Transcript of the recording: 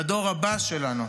לדור הבא שלנו.